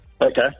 Okay